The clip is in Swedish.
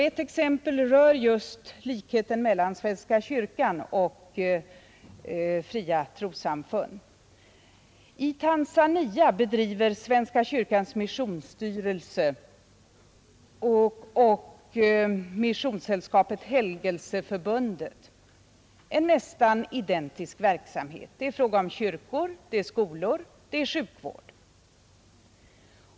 Ett exempel rör just likheten mellan svenska kyrkan och fria trossamfund. I Tanzania bedriver svenska kyrkans missionsstyrelse och missionssällskapet Helgelseförbundet en nästan identisk verksamhet. Det är fråga om kyrkor, det är skolor och det är sjukvård.